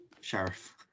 Sheriff